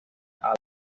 albert